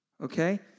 Okay